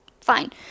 fine